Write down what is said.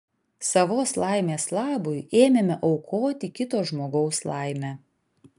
savos laimės labui ėmėme aukoti kito žmogaus laimę